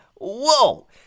Whoa